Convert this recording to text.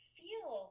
feel